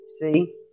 See